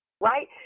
right